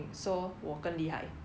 spiderman 会喷那个 web